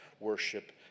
worship